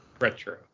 retro